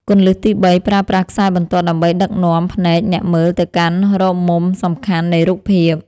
គន្លឹះទី៣ ប្រើប្រាស់ខ្សែបន្ទាត់ដើម្បីដឹកនាំភ្នែកអ្នកមើលទៅកាន់រកមុំសំខាន់នៃរូបភាព។